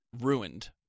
ruined